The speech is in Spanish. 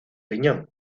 riñón